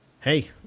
Hey